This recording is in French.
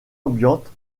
ambiante